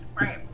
right